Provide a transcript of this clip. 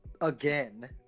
again